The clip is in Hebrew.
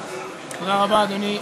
תודה רבה, אדוני.